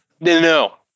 No